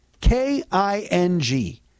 K-I-N-G